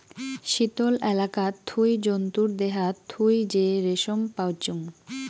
শীতল এলাকাত থুই জন্তুর দেহাত থুই যে রেশম পাইচুঙ